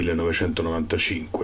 1995